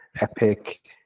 Epic